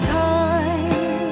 time